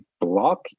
block